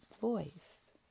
voice